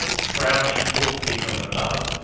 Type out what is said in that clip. frowning portly from above,